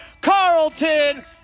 Carlton